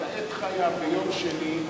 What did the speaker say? ביום שני,